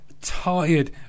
tired